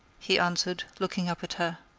he answered, looking up at her.